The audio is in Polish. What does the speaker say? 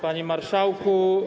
Panie Marszałku!